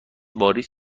واریز